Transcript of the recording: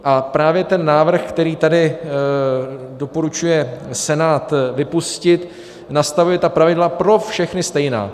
A právě ten návrh, který tady doporučuje Senát vypustit, nastavuje ta pravidla pro všechny stejná.